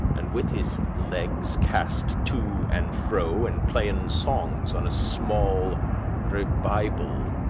and with his legges caste to and fro and playen songes on a small ribible